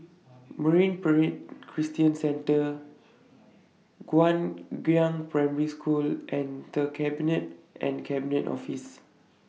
Marine Parade Christian Centre Guangyang Primary School and The Cabinet and Cabinet Office